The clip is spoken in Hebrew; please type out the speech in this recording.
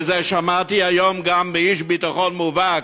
ואת זה שמעתי היום גם מאיש ביטחון מובהק,